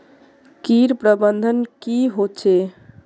किट प्रबन्धन की होचे?